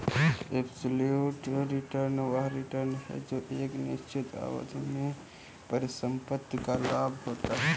absolute return वह return है जो एक निश्चित अवधि में परिसंपत्ति का लाभ होता है